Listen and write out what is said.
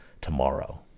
tomorrow